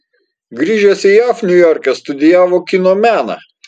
grįžęs į jav niujorke studijavo kino meną